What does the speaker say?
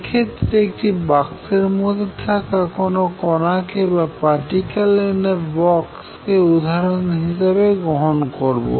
এক্ষেত্রে একটি বাক্সের মধ্যে থাকা কোনো কণাকে বা পার্টিকেল ইন আ বক্স কে উদাহরণ হিসেবে গ্রহণ করব